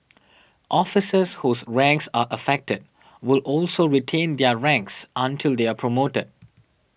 officers whose ranks are affected will also retain their ranks until they are promoted